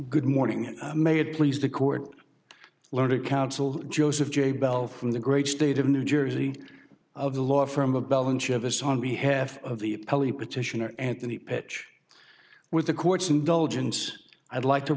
good morning may it please the court learned counsel joseph j bell from the great state of new jersey of the law firm of balance of us on behalf of the petitioner anthony pitch with the court's indulgence i'd like to